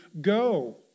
Go